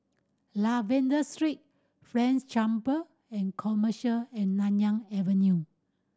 Lavender Street French Chamber and Commerce and Nanyang Avenue